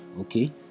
Okay